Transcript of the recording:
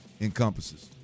encompasses